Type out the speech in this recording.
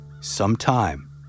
sometime